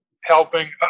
helping